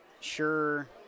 sure